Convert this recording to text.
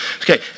Okay